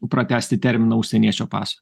pratęsti terminą užsieniečio paso